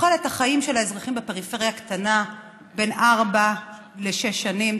שתוחלת החיים של האזרחים בפריפריה קטנה בין ארבע לשש שנים,